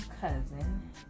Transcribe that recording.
cousin